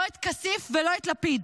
לא את כסיף ולא את לפיד,